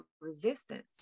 resistance